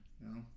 No